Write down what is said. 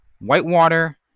Whitewater